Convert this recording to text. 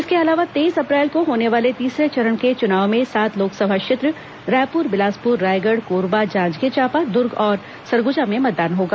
इसके अलावा तेईस अप्रैल को होने वाले तीसरे चरण के चुनाव में सात लोकसभा क्षेत्र रायपुर बिलासपुर रायगढ़ कोरबा जांजगीर चांपा दुर्ग और सरगुजा में मतदान होगा